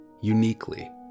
uniquely